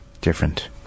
different